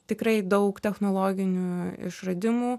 tikrai daug technologinių išradimų